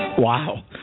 Wow